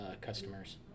customers